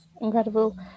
incredible